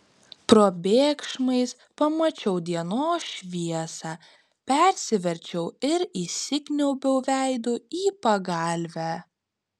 probėgšmais pamačiau dienos šviesą persiverčiau ir įsikniaubiau veidu į pagalvę